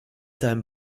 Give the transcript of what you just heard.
seinem